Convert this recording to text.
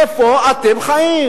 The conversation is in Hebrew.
איפה אתם חיים?